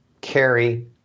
carry